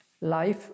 life